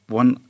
one